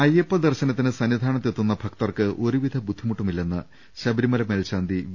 അയ്യപ്പ ദർശനത്തിന് സന്നിധാനത്ത് എത്തുന്നു ഭക്തർക്ക് ഒരു വിധ ബുദ്ധിമുട്ടും ഇല്ലെന്ന് ശബരിമല മേൽശാന്തി വി